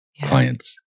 clients